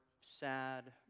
sad